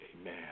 Amen